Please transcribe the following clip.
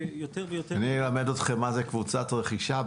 אני אלמד אתכם מה זאת קבוצת רכישה.